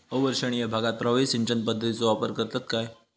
अवर्षणिय भागात प्रभावी सिंचन पद्धतीचो वापर करतत काय?